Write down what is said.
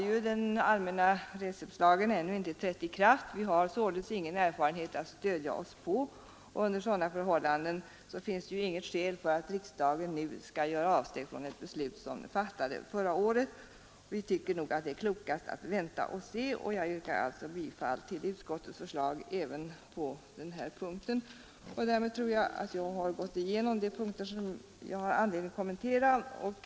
Nu har den allmänna rättshjälpslagen ännu inte trätt i kraft, och vi har alltså ingen erfarenhet att stödja oss på. Under sådana förhållanden finns det inget skäl för riksdagen att nu göra avsteg från ett beslut som man fattade i fjol. Vi tycker nog det är klokast att vänta och se, och jag yrkar därför bifall till utskottets förslag även på den här punkten. Därigenom tror jag att jag har gått igenom de punkter som det har funnits anledning att kommentera.